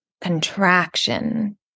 contraction